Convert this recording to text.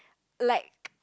like